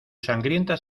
sangrientas